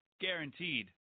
Guaranteed